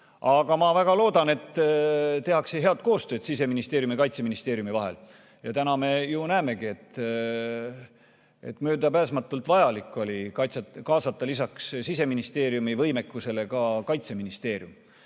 Aga ma väga loodan, et tehakse head koostööd Siseministeeriumi ja Kaitseministeeriumi vahel. Täna me ju näemegi, et möödapääsmatult vajalik oli kaasata lisaks Siseministeeriumile ka Kaitseministeerium.